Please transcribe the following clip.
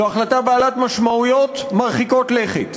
זו החלטה בעלת משמעויות מרחיקות לכת.